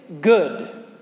good